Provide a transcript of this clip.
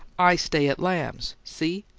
i stay at lamb's, see?